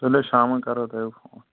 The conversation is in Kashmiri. تُلِو شامَن کَرو تۄہہِ بہٕ فون